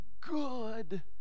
good